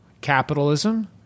capitalism